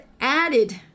added